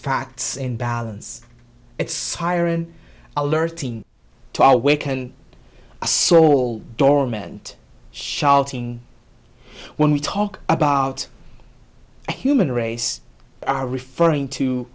facts in balance its siren alerting to our way can a soul dormant shouting when we talk about human race are referring to